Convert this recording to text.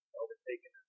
overtaken